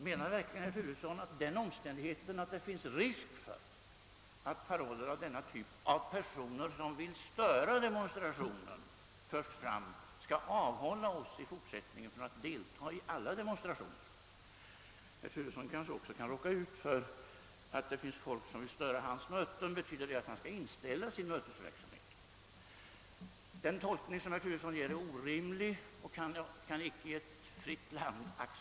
Menar verkligen herr Turesson att den omständigheten, att det finns risk för att paroller av denna typ förs fram av personer, som vill störa en demonstration, i fortsättningen skall avhålla oss från att delta i alla demonstrationer? Herr Turesson kanske kan råka ut för att det finns folk som vill störa hans möten. Betyder det att herr Turesson skall inställa sin mötesverksamhet? — Den tolkning herr Turesson ger är orimlig och kan icke accepteras i ett fritt land.